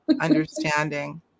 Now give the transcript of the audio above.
understanding